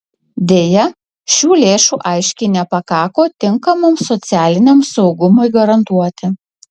deja šių lėšų aiškiai nepakako tinkamam socialiniam saugumui garantuoti